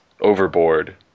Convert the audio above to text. Overboard